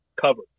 covered